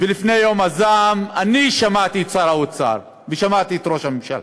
ולפני יום הזעם אני שמעתי את שר האוצר ושמעתי את ראש הממשלה,